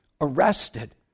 arrested